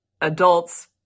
adults